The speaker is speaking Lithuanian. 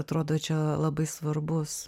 atrodo čia labai svarbus